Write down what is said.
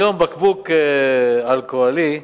היום, בקבוק אלכוהולי זול,